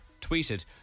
tweeted